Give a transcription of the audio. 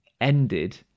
ended